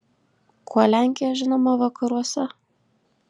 kuo lenkija žinoma vakaruose